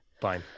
fine